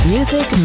Music